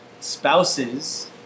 spouses